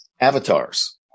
avatars